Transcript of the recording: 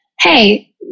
Hey